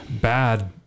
bad